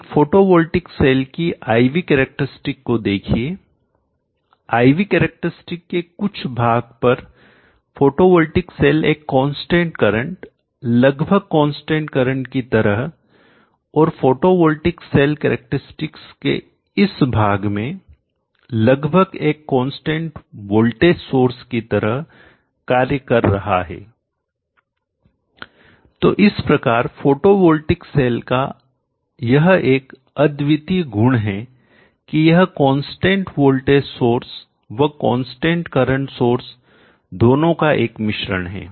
एक photovoltaic cell की I V characteristic को देखिए I V कैरेक्टरस्टिक के कुछ भाग पर फोटोवोल्टिक सेल एक कांस्टेंट करंट लगभग कांस्टेंट करंट की तरह और फोटोवोल्टिक सेल कैरेक्टरस्टिक के इस भाग में लगभग एक कांस्टेंट वोल्टेज सोर्स की तरह कार्य कर रहा है तो इस प्रकार फोटोवॉल्टिक सेल का यह एक अद्वितीय गुण है कि यह कांस्टेंट वोल्टेज सोर्स व कांस्टेंट करंट सोर्स दोनों का एक मिश्रण है